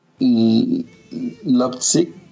l'optique